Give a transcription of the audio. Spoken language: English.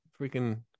freaking